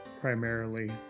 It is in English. primarily